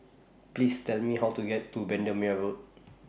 Please Tell Me How to get to Bendemeer Road